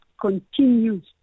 continues